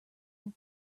will